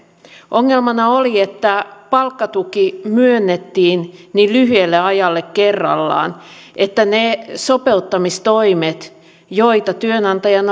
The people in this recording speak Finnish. ongelmana oli että palkkatuki myönnettiin niin lyhyelle ajalle kerrallaan että ne sopeuttamistoimet joita työnantajan